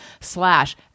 slash